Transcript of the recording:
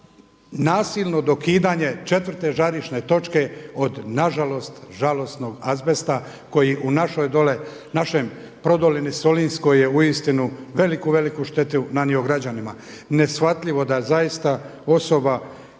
nasilno dokidanje četvrte žarišne točke od na žalost žalosnog azbesta koji u našoj dole, našem prodolini Solinskoj je uistinu veliku, veliku štetu nanio građanima. Neshvatljivo da zaista osoba